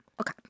Okay